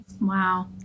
Wow